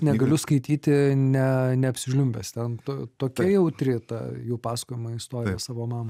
negaliu skaityti ne neapsižliumbęs ten to tokia jautri ta jų pasakojama istorija savo mamai